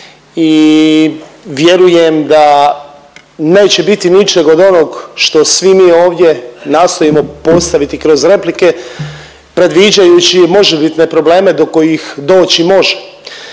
i vjerujem da neće biti ničeg od onog što svi mi ovdje nastojimo postaviti kroz replike, predviđajući možebitne probleme do kojih doći može.